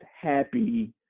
happy